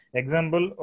example